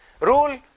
Rule